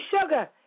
sugar